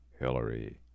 Hillary